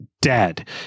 dead